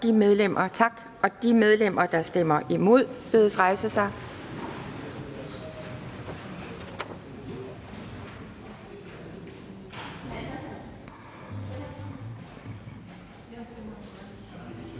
det. De medlemmer, der stemmer imod, bedes rejse sig.